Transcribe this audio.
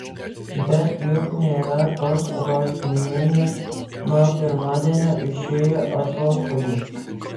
bet juk nėra tos razmienės nuo pirmadienio išėjo atostogų